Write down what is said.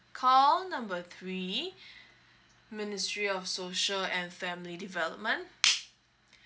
call number three ministry of social and family development